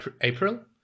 April